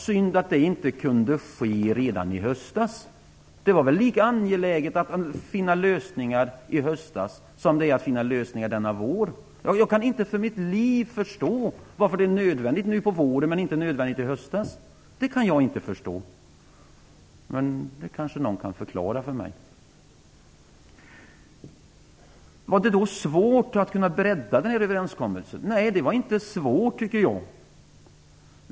Synd bara att det inte kunde ske redan i höstas. Det var väl lika angeläget att finna lösningar i höstas som det är att finna lösningar denna vår. Jag kan inte för mitt liv förstå varför det är nödvändigt nu på våren, men inte var nödvändigt i höstas. Men det kanske någon kan förklara för mig. Var det då svårt att bredda den här överenskommelsen? Nej, det var inte svårt, tycker jag.